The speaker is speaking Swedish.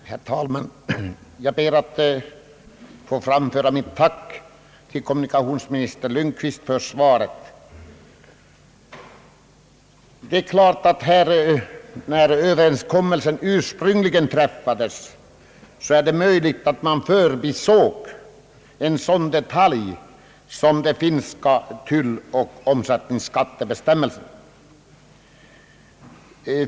Herr talman! Jag ber att få framföra mitt tack till kommunikationsminister Lundkvist för svaret. Det är möjligt att man, när den ursprungliga överenskommelsen träffades, förbisåg en sådan detalj som de finska tulloch omsättningsskattebestämmelserna.